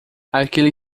aquele